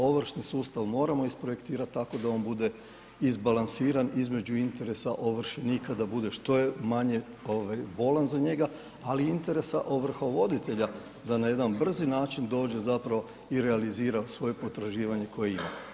Ovršni sustav moramo isprojektirat tako da on bude izbalansiran između interesa ovršenika, da bude što je manje ovaj bolan za njega, ali i interesa ovrhovoditelja da na jedan brzi način dođe zapravo i realizira zapravo svoje potraživanje koje ima.